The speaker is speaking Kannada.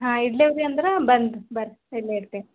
ಹಾಂ ಇಡ್ಲೇವ್ರಿ ಅಂದ್ರೆ ಬಂದು ಬರ್ರಿ ಇಲ್ಲೇ ಇಡ್ತೀವಿ